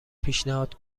پیشنهاد